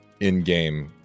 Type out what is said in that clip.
in-game